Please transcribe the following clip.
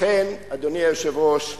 לכן, אדוני היושב-ראש,